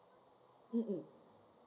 um um